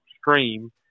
stream